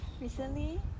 recently